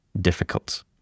difficult